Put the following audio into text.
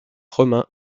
romain